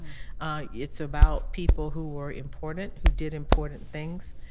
ah it's about people who were important, who did important things,